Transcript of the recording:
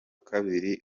kabiri